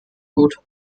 gut